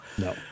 No